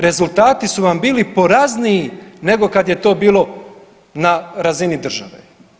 Rezultati su vam bili porazniji nego kad je to bilo na razini države.